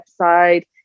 website